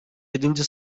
yedinci